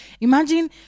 Imagine